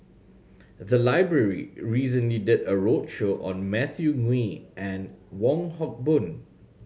the library recently did a roadshow on Matthew Ngui and Wong Hock Boon